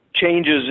changes